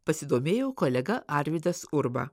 pasidomėjo kolega arvydas urba